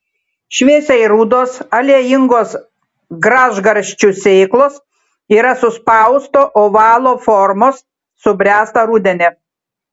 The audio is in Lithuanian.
šviesiai rudos aliejingos gražgarsčių sėklos yra suspausto ovalo formos subręsta rudenį